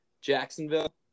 Jacksonville